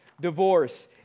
divorce